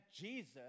Jesus